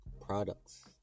products